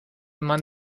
man